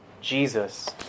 Jesus